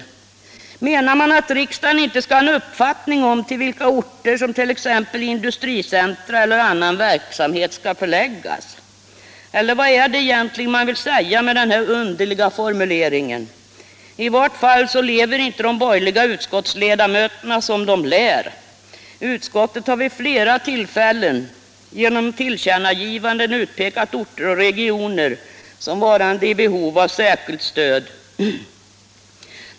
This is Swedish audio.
Menar man att riksdagen inte skall ha en uppfattning om till vilka orter t.ex. industricentra eller annan verksamhet skall förläggas? Eller vad är det egentligen man vill säga med denna underliga formulering? I varje fall lever inte de borgerliga utskottsledamöterna som de lär. Utskottet har vid flera tillfällen genom tillkännagivanden utpekat orter och regioner som varande i behov av särskilt stöd.